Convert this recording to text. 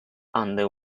under